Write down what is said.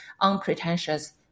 unpretentious